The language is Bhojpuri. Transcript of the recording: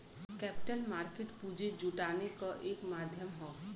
कैपिटल मार्केट पूंजी जुटाने क एक माध्यम हौ